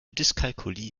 dyskalkulie